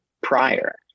prior